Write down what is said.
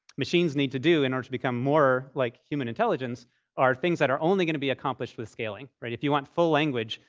machines need to do in order to become more like human intelligence are things that are only going to be accomplished with scaling, right? if you want full language,